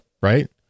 Right